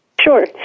Sure